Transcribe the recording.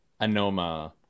Anoma